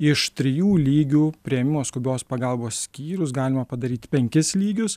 iš trijų lygių priėmimo skubios pagalbos skyrius galima padaryti penkis lygius